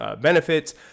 benefits